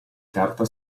carta